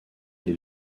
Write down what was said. les